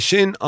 on